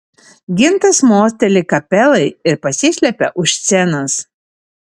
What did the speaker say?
gintas mosteli kapelai ir pasislepia už scenos